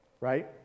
Right